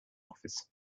office